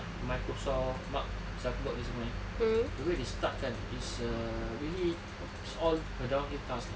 microsoft mark zuckerberg ni semua eh the way they start kan is a really is all a downhill task lah